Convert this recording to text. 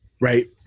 Right